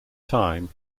time